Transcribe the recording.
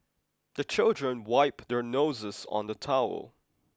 the children wipe their noses on the towel